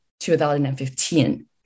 2015